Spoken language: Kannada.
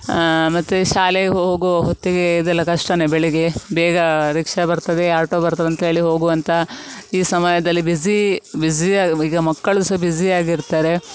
ಮತ್ತು ಶಾಲೆಗೆ ಹೋಗುವ ಹೊತ್ತಿಗೆ ಇದೆಲ್ಲ ಕಷ್ಟವೆ ಬೆಳಗ್ಗೆ ಬೇಗ ರಿಕ್ಷ ಬರ್ತದೆ ಆಟೋ ಬರ್ತದಂತ್ಹೇಳಿ ಹೋಗುವಂತಹ ಈ ಸಮಯದಲ್ಲಿ ಬಿಝೀ ಬಿಝಿಯಾಗಿ ಈಗ ಮಕ್ಕಳು ಸಹ ಬಿಝಿ ಆಗಿರ್ತಾರೆ